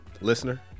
listener